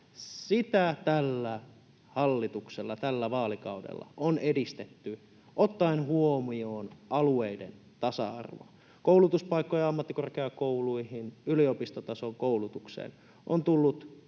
Sitä tällä hallituksella, tällä vaalikaudella on edistetty ottaen huomioon alueiden tasa-arvo. Koulutuspaikkoja ammattikorkeakouluihin ja yliopistotason koulutukseen on tullut